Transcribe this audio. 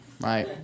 right